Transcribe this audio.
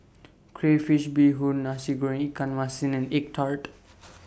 Crayfish Beehoon Nasi Goreng Ikan Masin and Egg Tart